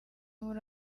muri